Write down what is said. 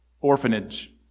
orphanage